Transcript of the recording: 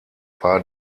war